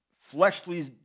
fleshly